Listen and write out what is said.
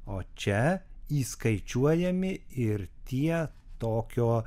o čia įskaičiuojami ir tie tokio